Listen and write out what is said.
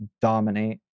dominate